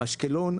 אשקלון,